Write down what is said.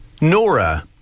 Nora